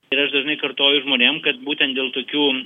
ir aš dažnai kartoju žmonėm kad būtent dėl tokių